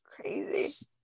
crazy